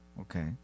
Okay